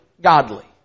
godly